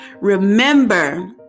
Remember